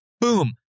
Boom